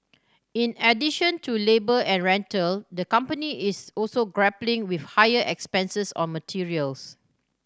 in addition to labour and rental the company is also grappling with higher expenses on materials